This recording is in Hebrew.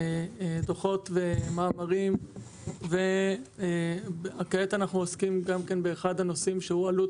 דו"חות ומאמרים וכעת אנחנו עוסקים גם כן באחד הנושאים שהועלו,